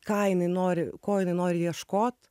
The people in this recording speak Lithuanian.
ką jinai nori ko jinai nori ieškot